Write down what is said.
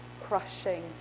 crushing